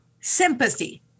Sympathy